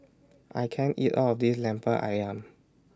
I can't eat All of This Lemper Ayam